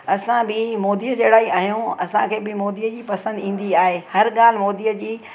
असां बि मोदी जहिड़ा ई आहियूं असांखे बि मोदीअ जी पसंदि ईंदी आहे हर ॻाल्हि मोदीअ जी